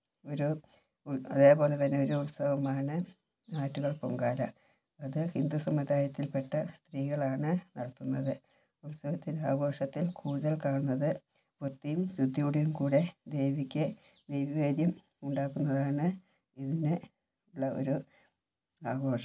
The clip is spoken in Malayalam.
ഒരു അതേപോലെത്തന്നെ ഒരു ഉത്സവമാണ് ആറ്റുകാൽ പൊങ്കാല അത് ഹിന്ദു സമുദായത്തിൽപ്പെട്ട സ്ത്രീകളാണ് നടത്തുന്നത് ഉത്സവത്തിൻ്റെ ആഘോഷത്തിൽ കൂടുതൽ കാണുന്നത് വൃത്തിയും ശുദ്ധിയോടും കൂടെ ദേവിക്ക് ദേവിനിവേദ്യം ഉണ്ടാക്കുന്നതാണ് പിന്നെ ഉള്ള ഒരു ആഘോഷം